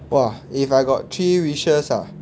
!wah! if I got three wishes ah